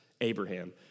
Abraham